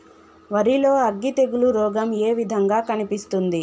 వరి లో అగ్గి తెగులు రోగం ఏ విధంగా కనిపిస్తుంది?